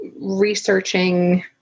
researching